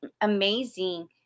amazing